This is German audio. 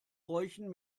bräuchen